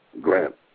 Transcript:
Grant